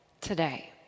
today